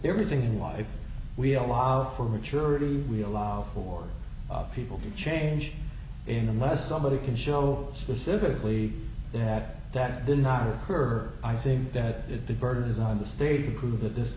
everything in life we allow for maturity we allow for people to change in unless somebody can show specifically that that did not occur i think that the burden is on the state to prove that this